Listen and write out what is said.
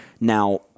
Now